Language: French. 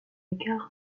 égard